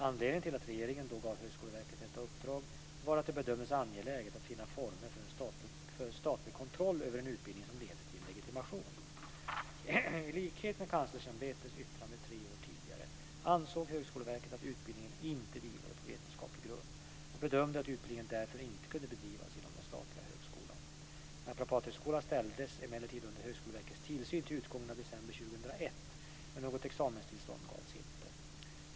Anledningen till att regeringen då gav Högskoleverket detta uppdrag var att det bedömdes angeläget att finna former för statlig kontroll över en utbildning som leder till legitimation. I likhet med Kanslersämbetets yttrande tre år tidigare ansåg Högskoleverket att utbildningen inte vilade på vetenskaplig grund och bedömde att utbildningen därför inte kunde bedrivas inom den statliga högskolan. Naprapathögskolan ställdes emellertid under Högskoleverkets tillsyn till utgången av december 2001, men något examenstillstånd gavs inte.